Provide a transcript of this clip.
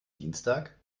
dienstag